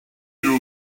you